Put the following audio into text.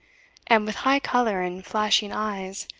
and, with high colour and flashing eyes,